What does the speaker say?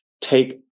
take